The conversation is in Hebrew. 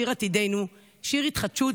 שיר עתידנו / שיר התחדשות,